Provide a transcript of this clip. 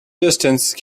distance